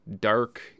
dark